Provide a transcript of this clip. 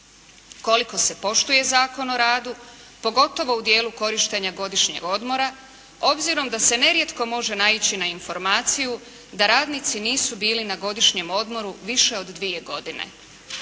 Koliko se poštuje Zakon o radu, pogotovo u dijelu korištenja godišnjeg odmora, obzirom da se ne rijetko može naići na informaciju da radnici nisu bili na godišnjem odmoru više od dvije godine.